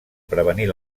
prevenir